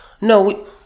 no